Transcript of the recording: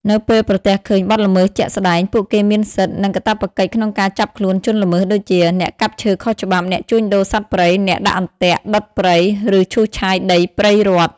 នៅពេលប្រទះឃើញបទល្មើសជាក់ស្តែង ពួកគេមានសិទ្ធិ និងកាតព្វកិច្ចក្នុងការចាប់ខ្លួនជនល្មើសដូចជា អ្នកកាប់ឈើខុសច្បាប់ អ្នកជួញដូរសត្វព្រៃ អ្នកដាក់អន្ទាក់ ដុតព្រៃ ឬឈូសឆាយដីព្រៃរដ្ឋ។